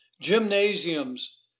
gymnasiums